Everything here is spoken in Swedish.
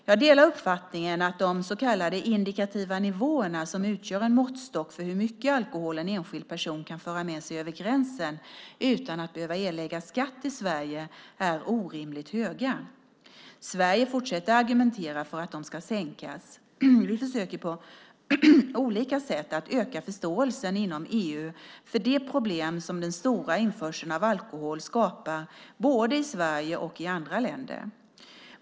Jag delar uppfattningen att de så kallade indikativa nivåer som utgör en måttstock för hur mycket alkohol en enskild person kan föra med sig över gränsen utan att behöva erlägga skatt i Sverige är orimligt höga. Sverige fortsätter argumentera för att de ska sänkas. Vi försöker på olika sätt att öka förståelsen inom EU för de problem som den stora införseln av alkohol skapar både i Sverige och i andra länder.